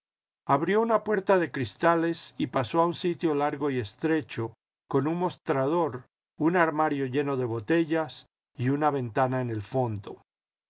abrió una puerta de cristales y pasó a un sitio largo y estrecho con un mostrador un armario lleno de botellas y una ventana en el fondo